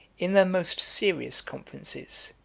in their most serious conferences,